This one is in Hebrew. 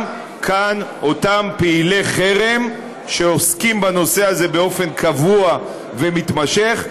גם כאן אותם פעילי חרם שעוסקים בנושא הזה באופן קבוע ומתמשך,